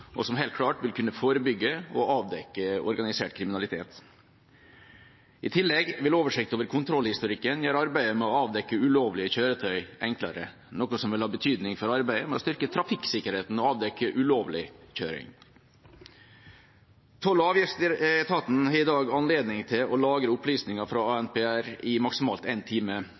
og som helt klart vil kunne forebygge og avdekke organisert kriminalitet. I tillegg vil oversikt over kontrollhistorikken gjøre arbeidet med å avdekke ulovlige kjøretøy enklere, noe som vil ha betydning for arbeidet med å styrke trafikksikkerheten og avdekke ulovlig kjøring. Toll- og avgiftsetaten har i dag anledning til å lagre opplysninger fra